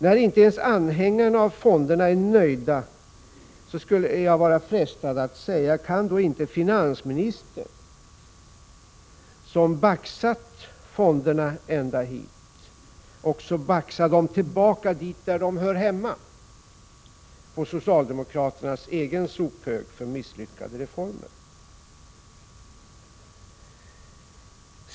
När inte ens anhängarna av fonderna är nöjda, skulle jag vara frestad att fråga: Kan inte finansministern, som ”baxat fonderna ända hit”, också baxa dem tillbaka dit där de hör hemma — på socialdemokraternas egen sophög för misslyckade reformer?